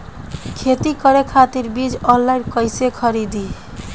खेती करे खातिर बीज ऑनलाइन कइसे खरीदी?